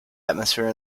atmosphere